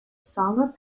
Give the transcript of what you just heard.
solar